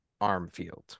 Armfield